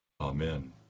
amen